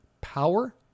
power